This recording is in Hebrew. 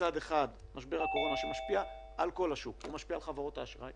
מצד אחד של משבר הקורונה שמשפיע על כל השוק: הוא משפיע על חברות האשראי,